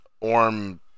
Orm